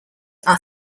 are